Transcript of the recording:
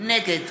נגד